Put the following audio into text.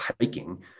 hiking